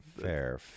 fair